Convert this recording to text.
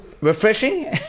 refreshing